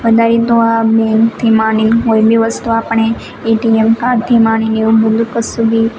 વધારે તો આ બેનથી માંડીને કોઈબી વસ્તુ આપણે એટીએમ કાર્ડથી માંડીને એવું બધું કસુંબી